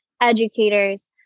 educators